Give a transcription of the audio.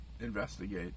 investigate